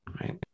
Right